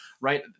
right